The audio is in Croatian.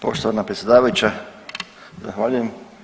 Poštovana predsjedavajuća zahvaljujem.